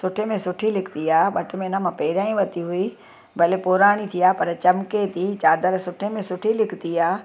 सुठे में सुठी निकिती आहे ॿ टे महीना मां पहिरियों ई वरिती हुई भले पुरानी थी आहे पर चिम्के थी चादर सुठे में सुठी निकिती आहे